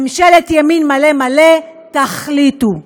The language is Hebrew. ממשלת ימין מלא מלא, תחליטו.